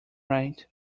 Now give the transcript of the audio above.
right